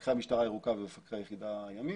מפקחי המשטרה הירוקה ומפקחי היחידה הימית.